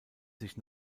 sich